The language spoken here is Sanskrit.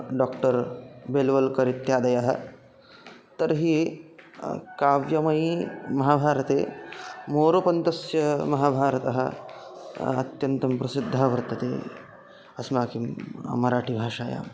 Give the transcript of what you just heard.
डोक्टर् बेल्वल्कर् इत्यादयः तर्हि काव्यमयि महाभारते मोरोपन्तस्य महाभारतः अत्यन्तं प्रसिद्धः वर्तते अस्माकं मराठी भाषायाम्